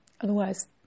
Otherwise